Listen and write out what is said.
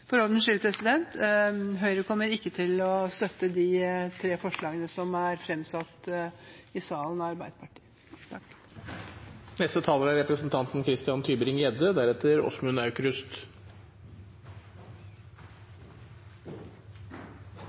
For ordens skyld: Høyre kommer ikke til å støtte de tre forslagene som er framsatt av Arbeiderpartiet i salen. La meg innledningsvis si at vi i Fremskrittspartiet støtter heller ikke forslagene som er fremmet av Arbeiderpartiet.